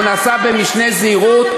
והוא נעשה במשנה זהירות,